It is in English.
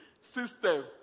system